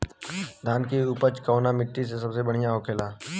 धान की उपज कवने मिट्टी में सबसे बढ़ियां होखेला?